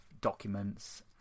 documents